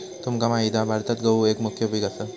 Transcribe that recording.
तुमका माहित हा भारतात गहु एक मुख्य पीक असा